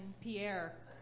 Pierre